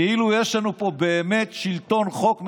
כאילו יש לנו פה באמת שלטון חוק,